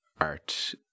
art